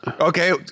Okay